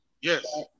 Yes